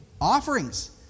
offerings